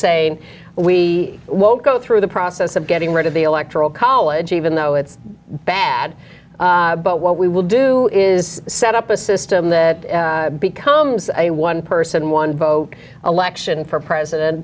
say we won't go through the process of getting rid of the electoral college even though it's bad but what we will do is set up a system that becomes a one person one vote election for president